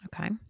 Okay